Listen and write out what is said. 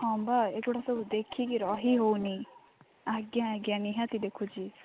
ହଁ ବା ଏଗୁଡ଼ାସବୁ ଦେଖିକି ରହି ହେଉନି ଆଜ୍ଞା ଆଜ୍ଞା ନିହାତି ଦେଖୁଛି